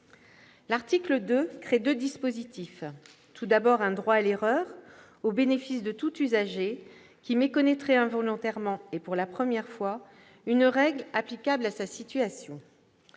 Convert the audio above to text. L'article 2 crée deux dispositifs : tout d'abord, un « droit à l'erreur », au bénéfice de tout usager qui méconnaîtrait involontairement, et pour la première fois, une règle applicable à sa situation